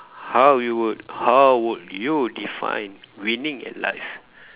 how you would how would you define winning at life